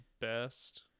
best